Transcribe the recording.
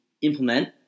implement